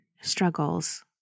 struggles